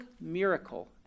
miracle